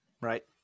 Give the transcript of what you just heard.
Right